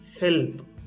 help